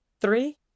three